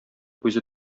үзе